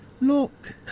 Look